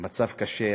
מצב קשה.